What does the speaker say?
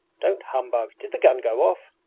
don't humbug! did the gun go off.